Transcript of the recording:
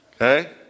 Okay